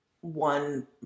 one